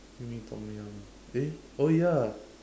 simi tom-yum lah eh oh ya